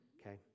okay